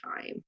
time